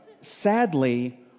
Sadly